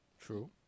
True